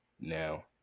Now